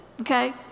okay